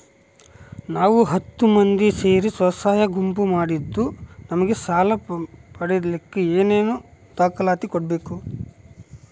ನಾವು ಹತ್ತು ಮಂದಿ ಸೇರಿ ಸ್ವಸಹಾಯ ಗುಂಪು ಮಾಡಿದ್ದೂ ನಮಗೆ ಸಾಲ ಪಡೇಲಿಕ್ಕ ಏನೇನು ದಾಖಲಾತಿ ಕೊಡ್ಬೇಕು?